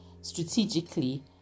strategically